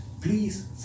Please